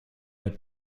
are